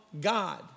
God